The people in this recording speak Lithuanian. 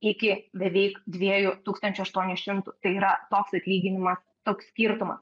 iki beveik dviejų tūkstančių aštuonių šimtų tai yra toks atlyginimas toks skirtumas